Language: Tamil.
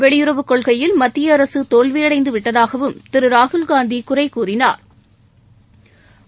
வெளியுறவுக் கொள்கையில் மத்திய அரசு தோல்வியடைந்து விட்டதாகவும் திரு ராகுல்காந்தி குறை கூறினா்